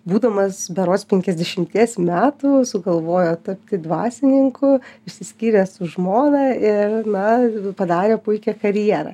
būdamas berods penkiasdešimties metų sugalvojo tapti dvasininku išsiskyrė su žmona ir na padarė puikią karjerą